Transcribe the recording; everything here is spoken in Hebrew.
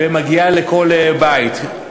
ומגיעה לכל בית.